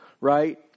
right